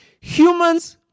humans